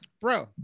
Bro